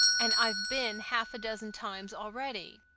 and i've been half a dozen times already.